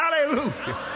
Hallelujah